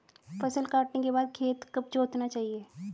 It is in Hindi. फसल काटने के बाद खेत कब जोतना चाहिये?